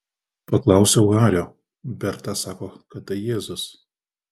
paklausiau hario berta sako kad tai jėzus